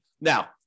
Now